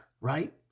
right